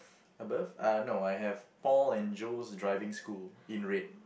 above ah no I have Paul and Joe's driving school in red